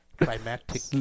climatic